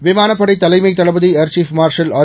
விமானப்படை தலைமைத் தளபதி ஏர் சீஃப் மார்ஷல் ஆர்